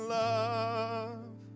love